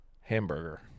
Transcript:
hamburger